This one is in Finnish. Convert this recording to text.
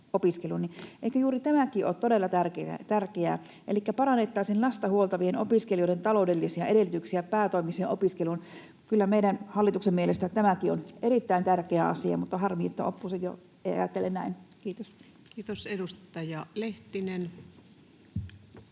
Eikö juuri tämäkin ole todella tärkeää? Elikkä parannettaisiin lasta huoltavien opiskelijoiden taloudellisia edellytyksiä päätoimiseen opiskeluun. Kyllä meidän, hallituksen, mielestä tämäkin on erittäin tärkeä asia, mutta harmi, että oppositio ei ajattele näin. — Kiitos. Kiitos. — Edustaja Lehtinen.